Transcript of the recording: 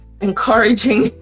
encouraging